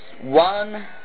one